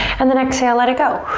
and then exhale, let it go.